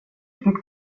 riktigt